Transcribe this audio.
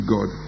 God